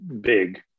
big